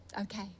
Okay